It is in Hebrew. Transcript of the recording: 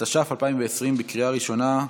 התש"ף 2020, לקריאה ראשונה,